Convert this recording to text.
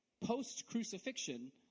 post-crucifixion